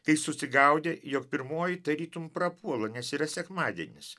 kai susigaudė jog pirmoji tarytum prapuola nes yra sekmadienis